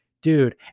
Dude